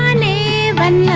ah name and yeah